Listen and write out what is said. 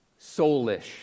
soulish